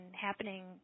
happening